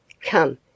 Come